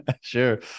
sure